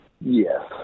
yes